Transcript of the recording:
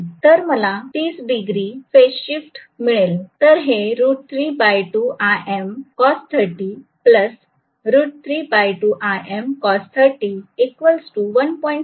तर मला 30 degree phase शिफ्टमिळेल तर हे √32 Im cos30√32 Im cos301